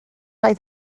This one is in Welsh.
oedd